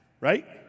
right